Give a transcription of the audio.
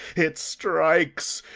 it strikes!